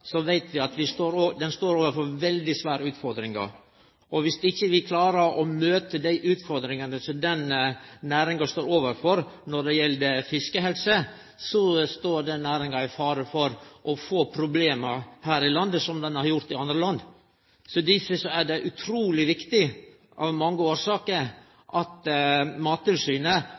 så veit vi at ho står overfor veldig svære utfordringar. Viss vi ikkje klarer å møte dei utfordringane som næringa står overfor når det gjeld fiskehelse, står næringa i fare for å få problem her i landet, som ho har fått i andre land. Difor er det utruleg viktig av mange årsaker at Mattilsynet